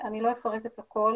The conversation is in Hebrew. אני לא אפרט את הכול.